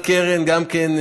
גם גלעד קרן,